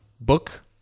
book